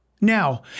now